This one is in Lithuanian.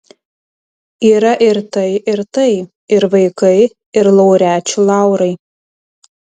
yra ir tai ir tai ir vaikai ir laureačių laurai